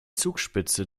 zugspitze